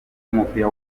w’umupira